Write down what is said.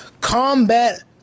combat